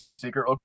secret